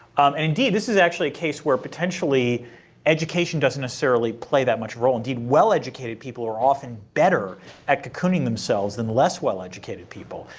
and indeed, this is actually a case where potentially education doesn't necessarily play that much role. indeed well-educated people are often better at cocooning themselves than less well-educated people.